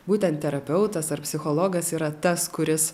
būtent terapeutas ar psichologas yra tas kuris